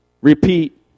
repeat